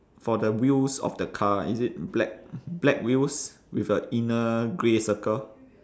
for the wheels of the car is it black black wheels with a inner grey circle